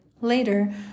Later